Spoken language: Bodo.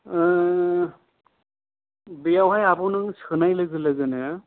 बावहाय आब' नों सोनाय लोगो लोगोनो